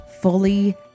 fully